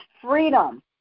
freedom